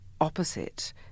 opposite